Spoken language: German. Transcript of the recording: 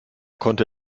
konnte